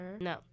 No